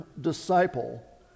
disciple